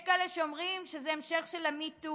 יש כאלה שאומרים שזה המשך של ה-MeToo,